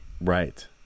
Right